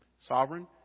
sovereign